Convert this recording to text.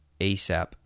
ASAP